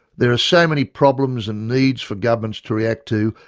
there are so many problems and needs for governments to react to,